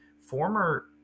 former